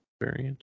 variant